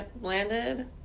landed